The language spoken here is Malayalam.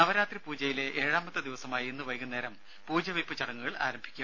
നവരാത്രി പൂജയിലെ ഏഴാമത്തെ ദിവസമായ ഇന്ന് വൈകുന്നേരം പൂജവെയ്പ്പ് ചടങ്ങുകൾ ആരംഭിക്കും